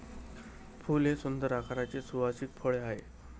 फूल हे सुंदर आकाराचे सुवासिक फळ आहे